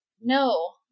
No